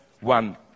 one